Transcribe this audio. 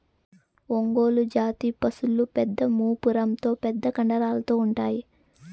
ఒంగోలు జాతి పసులు పెద్ద మూపురంతో పెద్ద కండరాలతో ఉంటాయి